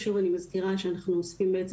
שוב אני מזכירה שאנחנו אוספים בעצם